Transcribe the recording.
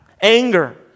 Anger